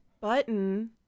button